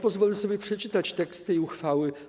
Pozwolę sobie przeczytać tekst tej uchwały.